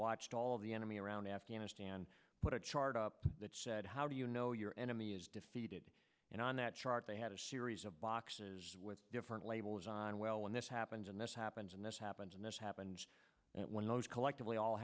watched all of the enemy around afghanistan put a chart up that said how do you know your enemy is defeated and on that chart they had a series of boxes with different labels on well when this happens and this happens and this happens and this happens when those collectively all